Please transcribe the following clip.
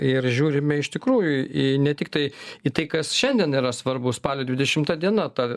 ir žiūrime iš tikrųjų ne tiktai į tai kas šiandien yra svarbu spalio dvidešimta diena ta